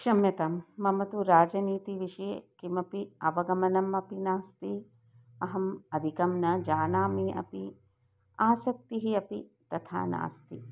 क्षम्यतां मम तु राजनीतिविषये किमपि अवगमनम् अपि नास्ति अहम् अधिकं न जानामि अपि आसक्तिः अपि तथा नास्ति